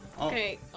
Okay